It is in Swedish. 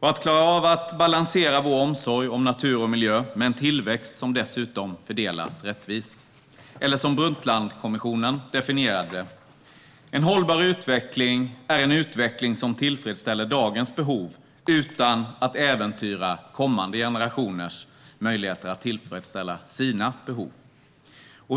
Det innebär också att klara av att balansera vår omsorg om natur och miljö med en tillväxt som dessutom fördelas rättvist. Eller som Brundtlandkommissionen definierade det: En hållbar utveckling är en utveckling som tillfredsställer dagens behov utan att äventyra kommande generationers möjligheter att tillfredsställa sina behov.